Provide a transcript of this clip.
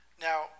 Now